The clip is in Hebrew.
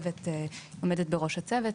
שעומדת בראש הצוות,